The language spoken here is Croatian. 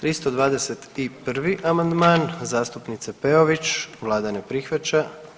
321. amandman zastupnice Peović, vlada ne prihvaća.